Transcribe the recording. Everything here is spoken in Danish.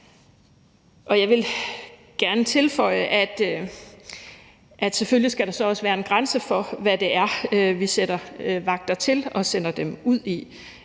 Jeg vil gerne tilføje, at der selvfølgelig også skal være en grænse for, hvad det er, vi sætter vagter til og sender dem ud i.